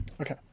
Okay